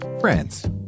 friends